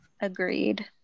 Agreed